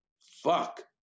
Fuck